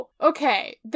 okay